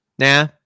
Nah